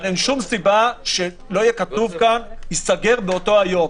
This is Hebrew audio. אבל אין שום סיבה שלא יהיה כתוב כאן שהוא ייסגר באותו היום.